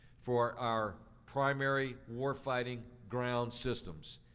for our primary warfighting ground systems.